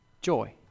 joy